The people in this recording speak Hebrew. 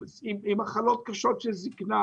עם מחלות קשות של זקנה?